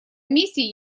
миссии